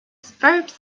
verbs